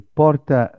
porta